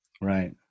Right